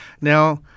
Now